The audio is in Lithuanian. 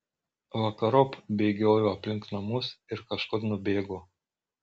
vakarop bėgiojo aplink namus ir kažkur nubėgo